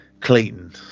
Clayton